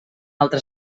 altre